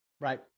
Right